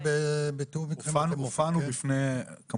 --- הופענו בפניהם.